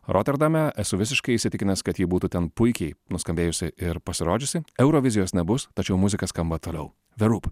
roterdame esu visiškai įsitikinęs kad ji būtų ten puikiai nuskambėjusi ir pasirodžiusi eurovizijos nebus tačiau muzika skamba toliau the roop